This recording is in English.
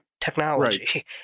technology